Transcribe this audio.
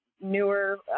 newer